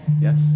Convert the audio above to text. Yes